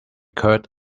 curd